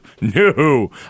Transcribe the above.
no